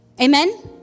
Amen